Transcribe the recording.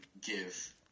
give